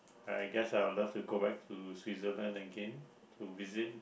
I guess I will love to go back to Switzerland again to visit